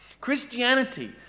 Christianity